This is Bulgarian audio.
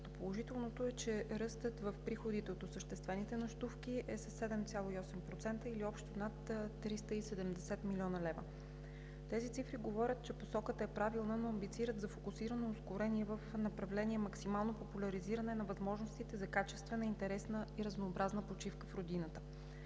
Положителното е, че ръстът в приходите от осъществените нощувки е със 7,8% или общо над 370 млн. лв. Тези цифри говорят, че посоката е правилна, но амбицират за фокусирано ускорение в направление максимално популяризиране на възможностите за качествена, интересна и разнообразна почивка в родината.